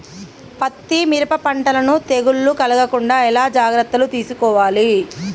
పత్తి మిరప పంటలను తెగులు కలగకుండా ఎలా జాగ్రత్తలు తీసుకోవాలి?